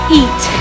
eat